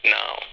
now